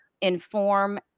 inform